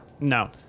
No